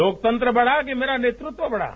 लोकतंत्र बड़ा कि मेरा नेतृत्व बड़ा